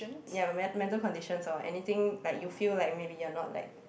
ya my mental conditions or anything like you feel like maybe you're not like